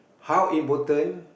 how important